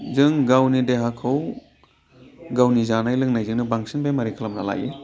जों गावनि देहाखौ गावनि जानाय लोंनायजोंनो बांसिन बेमारि खालामना लायो